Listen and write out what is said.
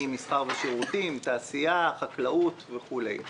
מסחר ושירותים, תעשייה, חקלאות וכולי.